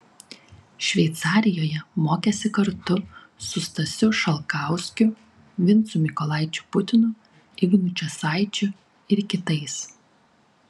šveicarijoje mokėsi kartu su stasiu šalkauskiu vincu mykolaičiu putinu ignu česaičiu ir kitais